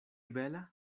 bela